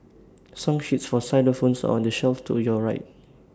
song sheets for xylophones on the shelf to your right